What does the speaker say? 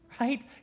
Right